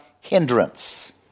hindrance